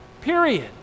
Period